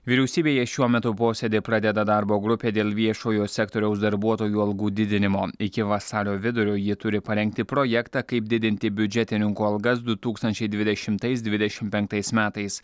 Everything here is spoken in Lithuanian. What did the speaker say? vyriausybėje šiuo metu posėdį pradeda darbo grupė dėl viešojo sektoriaus darbuotojų algų didinimo iki vasario vidurio jie turi parengti projektą kaip didinti biudžetininkų algas du tūkstančiai dvidešimtais dvidešim penktais metais